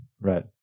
Right